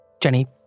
Jenny